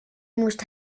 moest